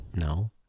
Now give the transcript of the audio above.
No